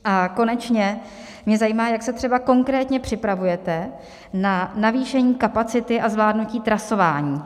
A konečně mě zajímá, jak se třeba konkrétně připravujete na navýšení kapacity a zvládnutí trasování.